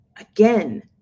again